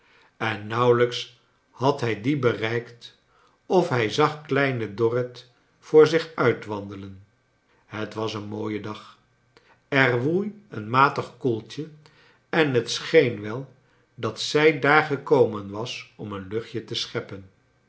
en nauwelijks had hij die bereikt of hij zag kleine dorrit voor zicb uit wandelen het was een mooie dag er woei een matig koeltje en het scheen wel dat zij daar gekomen was om een lucbtje te scheppen